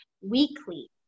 weekly